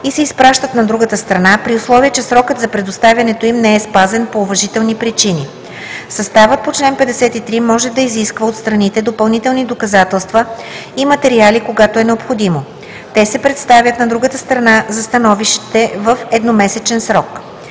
и се изпращат на другата страна, при условие че срокът за предоставянето им не е спазен по уважителни причини. Съставът по чл. 53 може да изисква от страните допълнителни доказателства и материали, когато е необходимо. Те се представят на другата страна за становище в едномесечен срок.